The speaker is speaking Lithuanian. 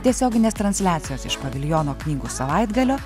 tiesioginės transliacijos iš paviljono knygų savaitgalio